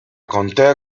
contea